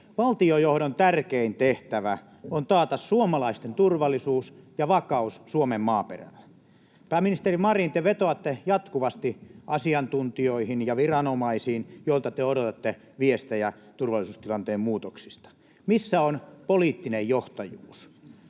Valtionjohdon tärkein tehtävä on taata suomalaisten turvallisuus ja vakaus Suomen maaperällä. Pääministeri Marin, te vetoatte jatkuvasti asiantuntijoihin ja viranomaisiin, joilta te odotatte viestejä turvallisuustilanteen muutoksista. Missä on poliittinen johtajuus?